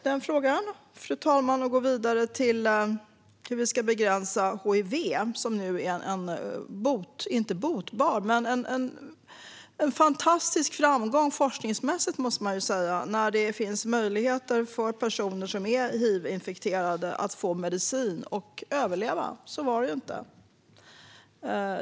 Jag lämnar den frågan och går vidare till hur vi ska begränsa hiv. Det är en fantastisk framgång forskningsmässigt när det finns möjligheter för personer som är hivinfekterade att få medicin och överleva. Så var det inte.